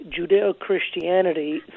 Judeo-Christianity